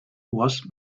was